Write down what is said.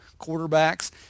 quarterbacks